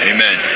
Amen